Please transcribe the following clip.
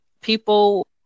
people